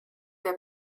der